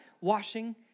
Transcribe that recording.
washing